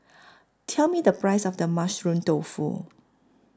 Tell Me The Price of The Mushroom Tofu